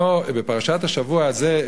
בפרשת השבוע הזה,